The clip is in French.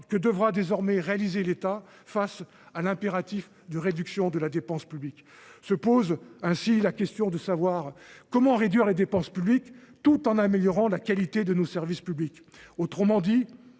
que devra désormais réaliser l’État face à l’impératif de réduction de la dépense publique. Ainsi, comment réduire les dépenses publiques tout en améliorant la qualité de nos services publics ? Autrement dit,